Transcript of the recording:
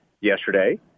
yesterday